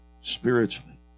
spiritually